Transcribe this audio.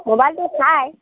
মোবাইলটো চায়